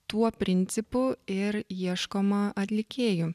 tuo principu ir ieškoma atlikėjų